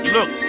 Look